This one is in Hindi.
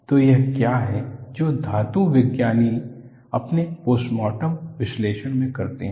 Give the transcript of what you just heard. तो यह क्या है जो धातु विज्ञानी अपने पोस्टमॉर्टम विश्लेषण में करते हैं